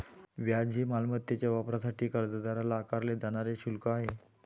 व्याज हे मालमत्तेच्या वापरासाठी कर्जदाराला आकारले जाणारे शुल्क आहे